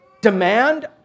demand